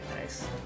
Nice